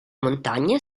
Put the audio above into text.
montagne